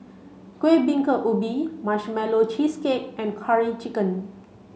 Kuih Bingka Ubi marshmallow cheesecake and curry chicken